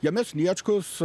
jame sniečkus